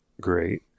great